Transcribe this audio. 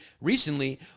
recently